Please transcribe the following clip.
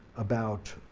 about